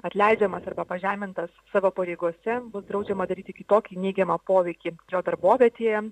atleidžiamas arba pažemintas savo pareigose bus draudžiama daryti kitokį neigiamą poveikį jo darbovietėje